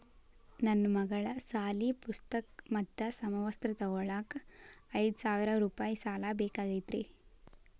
ನನ್ನ ಮಗಳ ಸಾಲಿ ಪುಸ್ತಕ್ ಮತ್ತ ಸಮವಸ್ತ್ರ ತೊಗೋಳಾಕ್ ಐದು ಸಾವಿರ ರೂಪಾಯಿ ಸಾಲ ಬೇಕಾಗೈತ್ರಿ